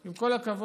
עם כל הכבוד,